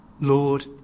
Lord